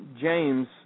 James